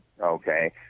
okay